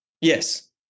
Yes